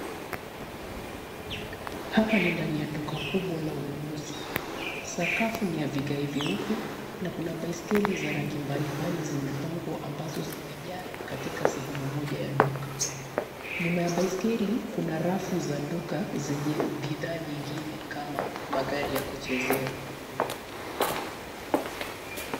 Hapa ni ndani ya duka kubwa la ununuzi. Sakafu ni ya vigae vieupe na kuna baiskeli za rangi mbalimbali zimepangwa ambazo zimejaa katika sehemu moja ya duka. Nyuma ya baiskeli kuna rafu za duka zenye bidhaa nyingine kama magari ya kuchezea.